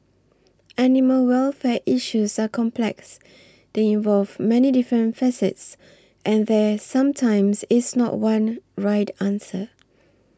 animal welfare issues are complex they involve many different facets and there sometimes is not one right answer